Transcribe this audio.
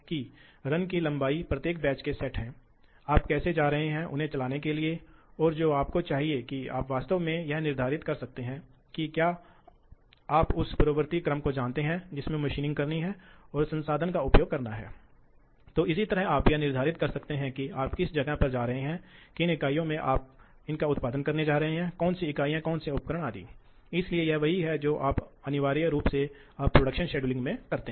अब यह शक्ति निकलती है कि स्पिंडल के लिए शक्ति वास्तव में क्यू एक्स केएस के समानुपाती होती है जहां केएस वास्तव में प्रति यूनिट चिप क्रॉस सेक्शन के लिए विशिष्ट काटने बल के रूप में जाना जाता है इसलिए यह सामग्री और इस पर निर्भर करता है दोनों सामग्री और काम के टुकड़े पर निर्भर करता है और क्यू सामग्री हटाने की दर है